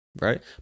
right